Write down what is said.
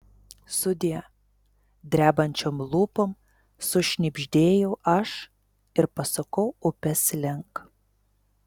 sudie drebančiom lūpom sušnibždėjau aš ir pasukau upės link